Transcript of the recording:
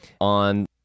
on